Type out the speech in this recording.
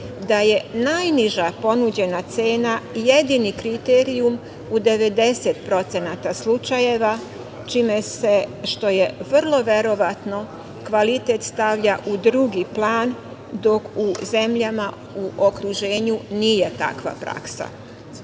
da je najniža ponuđena cena jedini kriterijum u 90% slučajeva, čime se što je vrlo verovatno kvalitet stavlja u drugi plan, dok u zemljama u okruženju nije takva praksa. Takođe,